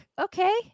okay